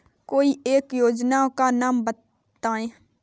कोई एक योजना का नाम बताएँ?